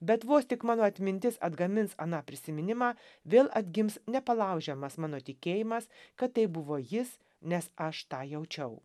bet vos tik mano atmintis atgamins aną prisiminimą vėl atgims nepalaužiamas mano tikėjimas kad tai buvo jis nes aš tą jaučiau